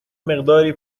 مقداری